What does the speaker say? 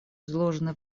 изложены